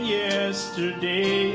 yesterday